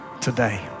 today